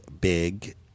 big